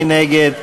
מי נגד?